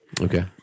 Okay